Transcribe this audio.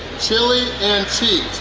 chili and cheese.